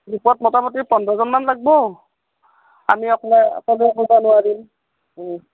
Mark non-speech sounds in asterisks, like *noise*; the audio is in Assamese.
গ্ৰুপত মোটামুটি পোন্ধৰজনমান লাগিব আমি আপোনাৰ *unintelligible* নোৱাৰিম